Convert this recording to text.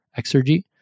exergy